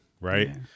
right